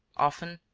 often,